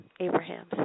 Abraham